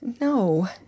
No